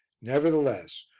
nevertheless,